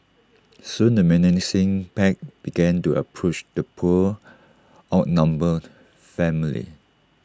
soon the menacing pack began to approach the poor outnumbered family